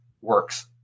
works